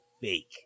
fake